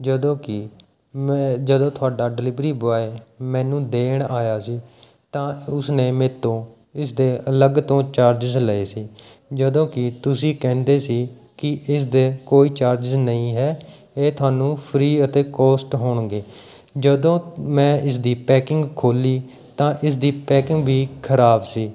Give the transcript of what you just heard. ਜਦੋਂ ਕੀ ਮੈਂ ਜਦੋਂ ਤੁਹਾਡਾ ਡਿਲੀਵਰੀ ਬੁਆਏ ਮੈਨੂੰ ਦੇਣ ਆਇਆ ਸੀ ਤਾਂ ਉਸਨੇ ਮੇਰੇ ਤੋ ਇਸਦੇ ਅਲੱਗ ਤੋਂ ਚਾਰਜਿਸ ਲਏ ਸੀ ਜਦੋਂ ਕੀ ਤੁਸੀਂ ਕਹਿੰਦੇ ਸੀ ਕੀ ਇਸ ਦੇ ਕੋਈ ਚਾਰਜਿਸ ਨਹੀਂ ਹੈ ਇਹ ਤੁਹਾਨੂੰ ਫ੍ਰੀ ਆਫ਼ ਕੋਸਟ ਹੋਣਗੇ ਜਦੋਂ ਮੈਂ ਇਸਦੀ ਪੈਕਿੰਗ ਖੋਲ੍ਹੀ ਤਾਂ ਇਸਦੀ ਪੈਕਿੰਗ ਵੀ ਖ਼ਰਾਬ ਸੀ